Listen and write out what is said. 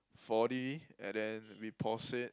forty and then we pause it